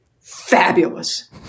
Fabulous